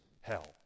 hell